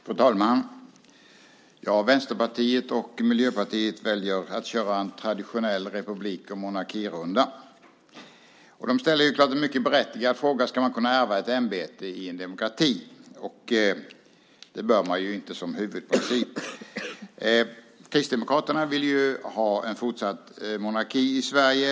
Fru talman! Vänsterpartiet och Miljöpartiet väljer att köra en traditionell republik och monarkirunda. De ställer helt klart en mycket berättigad fråga: Ska man i en demokrati kunna ärva ett ämbete? Som huvudprincip bör man inte kunna det. Kristdemokraterna vill ha fortsatt monarki i Sverige.